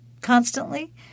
constantly